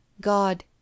god